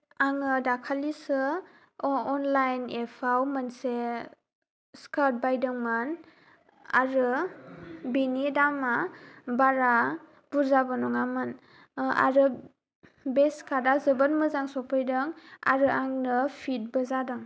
आङो दाखालिसो अनलाइन एपाव मोनसे स्कार्ट बायदोंमोन आरो बेनि दामा बारा बुर्जाबो नङामोन आरो बे स्कार्टा जोबोद मोजां सफैदों आरो आंनो फिटबो जादों